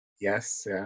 Yes